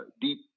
deep